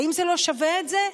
האם זה לא שווה את זה?